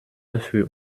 für